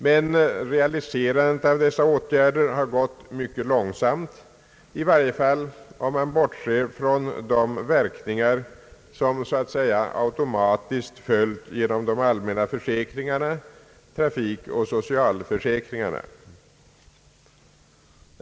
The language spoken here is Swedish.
Men realiserandet av dessa åtgärder har gått mycket långsamt, i varje fall om man bortser från de verkningar som så att säga automatiskt följt genom de allmänna försäkringarna, trafikoch socialförsäkringarna.